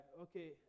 Okay